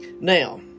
Now